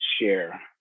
share